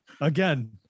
Again